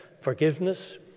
forgiveness